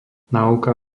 náuka